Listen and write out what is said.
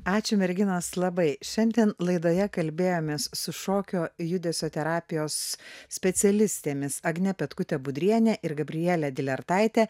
ačiū merginos labai šiandien laidoje kalbėjomės su šokio judesio terapijos specialistėmis agne petkute budriene ir gabriele dylertaite